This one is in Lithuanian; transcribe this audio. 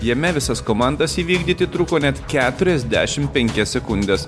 jame visas komandas įvykdyti truko net keturiasdešimt penkias sekundes